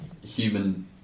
human